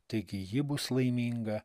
taigi ji bus laiminga